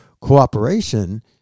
Cooperation